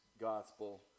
Gospel